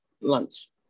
lunch